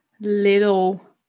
little